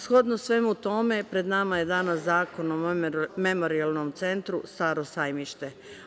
Shodno svemu tome, pred nama je danas zakon o Memorijalnom centru „Staro Sajmište“